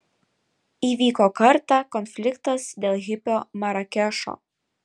įvyko kartą konfliktas dėl hipio marakešo